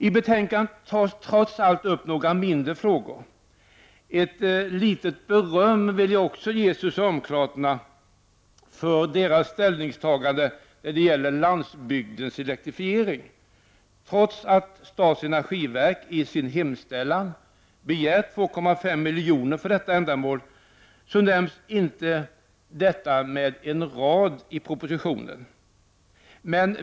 I betänkandet tas trots allt upp några mindre frågor. Ett litet beröm är socialdemokraterna värda för deras ställningstagande när det gäller landsbygdens elektrifiering. Trots att statens energiverk i sin hemställan begärt 2,5 milj.kr. för detta ändamål, nämns inte detta med en rad i propositionen.